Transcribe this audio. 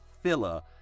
filler